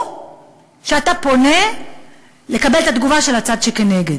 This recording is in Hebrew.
או שאתה פונה לקבל את התגובה של הצד שכנגד.